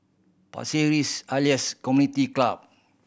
Pasir Ris Elias Community Club